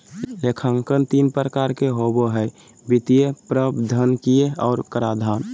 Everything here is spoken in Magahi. लेखांकन तीन प्रकार के होबो हइ वित्तीय, प्रबंधकीय और कराधान